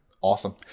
Awesome